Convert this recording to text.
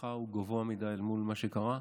לשיחה הוא גבוה מדי אל מול מה שקרה.